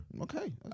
Okay